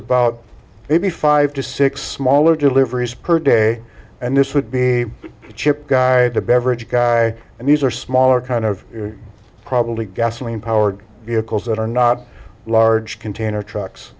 eighty five to six mauler deliveries per day and this would be a chip guy the beverage guy and these are smaller kind of probably gasoline powered vehicles that are not large container trucks